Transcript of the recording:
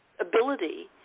ability